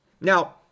Now